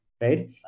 right